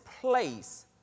place